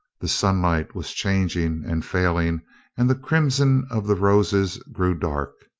the sunlight was changing and failing and the crimson of the roses grew dark.